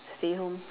stay home